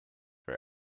for